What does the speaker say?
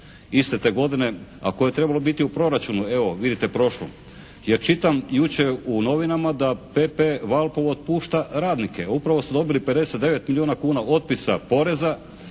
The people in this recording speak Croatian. iste te godine a koje je trebalo biti u proračunu evo vidite prošlom. Jer čitam jučer u novinama da PP Valpovo otpušta radnike. Upravo su dobili 59 milijuna kuna otpisa poreza